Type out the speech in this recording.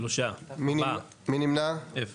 4 נמנעים, 0